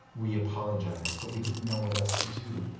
we apologize, but we didn't know what else to do.